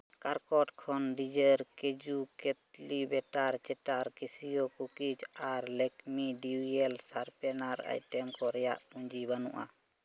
ᱠᱷᱚᱱ ᱰᱤᱡᱟᱨ ᱠᱟᱡᱩ ᱠᱟᱴᱞᱤ ᱵᱮᱴᱟᱨ ᱪᱮᱴᱟᱨ ᱠᱮᱥᱤᱭᱳ ᱠᱩᱠᱤᱥ ᱟᱨ ᱞᱮᱠᱢᱤ ᱰᱩᱭᱮᱞ ᱥᱟᱨᱯᱮᱱᱟᱨ ᱟᱭᱴᱮᱢ ᱠᱚ ᱨᱮᱭᱟᱜ ᱯᱩᱸᱡᱤ ᱵᱟᱹᱱᱩᱜᱼᱟ